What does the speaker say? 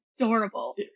adorable